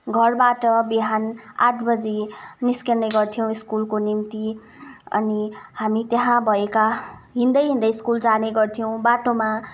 घरबाट बिहान आठ बजी निस्कने गर्थ्यौँ स्कुलको निम्ति अनि हामी त्यहाँ भएका हिँड्दै हिँड्दै स्कुल जाने गर्थ्यौँ बाटोमा